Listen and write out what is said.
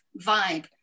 vibe